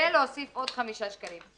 ולהוסיף עוד 5 שקלים.